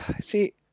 see